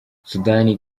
sudani